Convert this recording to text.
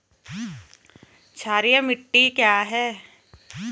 क्षारीय मिट्टी क्या है?